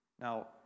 Now